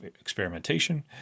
experimentation